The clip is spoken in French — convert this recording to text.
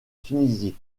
tunisie